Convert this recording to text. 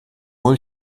mon